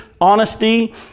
honesty